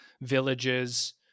villages